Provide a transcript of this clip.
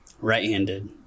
Right-handed